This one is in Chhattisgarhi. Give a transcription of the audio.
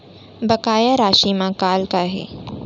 बकाया राशि मा कॉल का हे?